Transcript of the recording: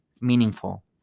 meaningful